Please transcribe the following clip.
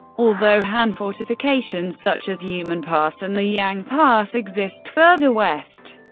although han fortifications such as yumen pass and the yang pass exist further west,